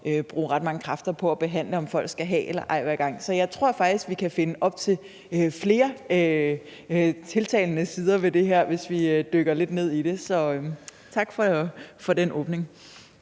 bruge ret mange kræfter på at behandle om folk skal have eller ej. Så jeg tror faktisk, vi kan finde op til flere tiltalende sider ved det her, hvis vi dykker lidt ned i det. Så tak for den åbning.